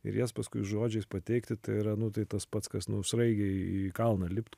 ir jas paskui žodžiais pateikti tai yra nu tai tas pats kas nu sraigei į kalną lipt